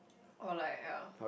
or like ya